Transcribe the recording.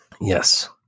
Yes